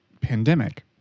pandemic